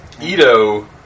Ito